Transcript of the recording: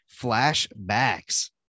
flashbacks